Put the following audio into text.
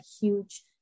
huge